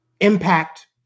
impact